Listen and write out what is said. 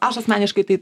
aš asmeniškai tai